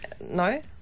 No